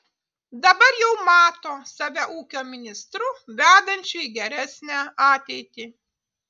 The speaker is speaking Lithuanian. dabar jau mato save ūkio ministru vedančiu į geresnę ateitį